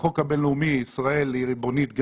אני חושב שהדבר הזה צריך להיפסק.